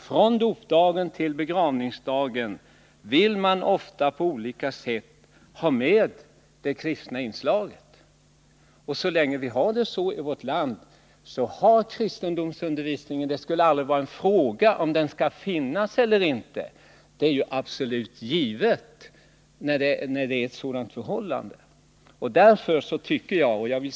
Från dopdagen till begravningsdagen vill man i olika sammanhang ha med det kristna inslaget, och så länge vi har det så i vårt land kan frågan aldrig ställas om kristendomsundervisning skall förekomma eller inte. Det är ju absolut givet att sådan undervisning skall bedrivas.